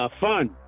Fun